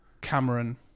Cameron